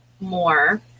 more